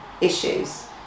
issues